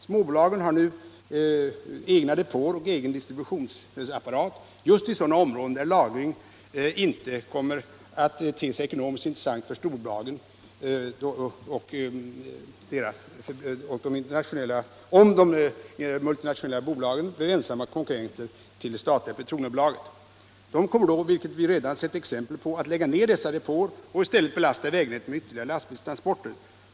Småbolagen har nu egna depåer och egen distributionsapparat just i sådana områden där lagring inte kommer att te sig ekonomiskt intressant för storbolagen om de multinationella bolagen blir ensamma konkurrenter till det statliga petroleumbolaget. De kommer då, vilket vi redan sett exempel på, att lägga ned dessa depåer och i stället belasta vägnätet med ytterligare lastbilstransporter.